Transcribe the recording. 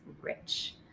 rich